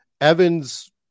Evans